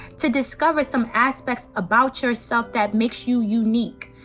to discover some aspects about yourself that makes you unique.